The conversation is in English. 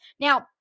Now